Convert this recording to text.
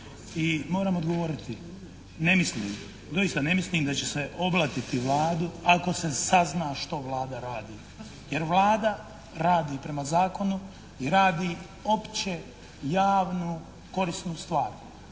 moram odgovoriti. Ne mislim, doista ne mislim da će se oblatiti Vladu ako se sazna što Vlada radi jer Vlada radi prema zakonu i radi opće javnu korisnu stvar.